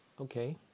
Okay